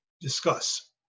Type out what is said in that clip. discuss